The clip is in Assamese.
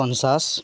পঞ্চাছ